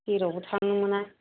जेरावबो थांनो मोना